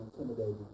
intimidating